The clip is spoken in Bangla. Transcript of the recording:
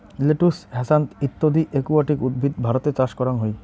লেটুস, হ্যাসান্থ ইত্যদি একুয়াটিক উদ্ভিদ ভারতে চাষ করাং হই